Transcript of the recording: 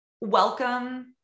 welcome